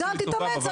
אז תתאמץ.